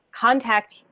contact